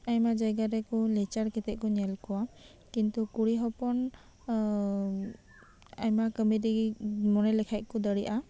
ᱟᱭᱢᱟ ᱡᱟᱭᱜᱟ ᱨᱮ ᱞᱮᱪᱟᱲ ᱠᱟᱛᱮ ᱠᱚ ᱧᱮᱞ ᱠᱚᱣᱟ ᱠᱤᱱᱛᱩ ᱠᱩᱲᱤ ᱦᱚᱯᱚᱱ ᱟᱭᱢᱟ ᱠᱟᱹᱢᱤ ᱨᱮᱜᱮ ᱢᱚᱱᱮ ᱞᱮᱠᱷᱟᱡ ᱠᱚ ᱫᱟᱲᱮᱭᱟᱜᱼᱟ